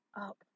up